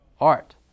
Art